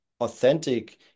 authentic